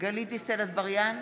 גלית דיסטל אטבריאן,